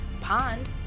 pond